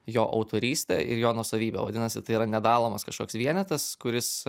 jo autorystę ir jo nuosavybę vadinasi tai yra nedalomas kažkoks vienetas kuris